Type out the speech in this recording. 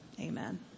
amen